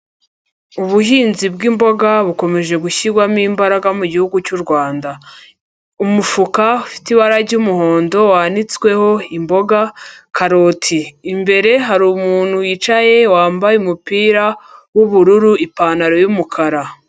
Ubuhinzi bwimboga bukomeje gushyirwamo imbaraga mu gihugu cy'u Rwanda. Umufuka ufite ibara ry'umuhondo wanitsweho imboga, karoti. Imbere harirumu wicaye wambaye umupira, w'ubururu, ipantaro y'umukara.